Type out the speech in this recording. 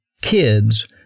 kids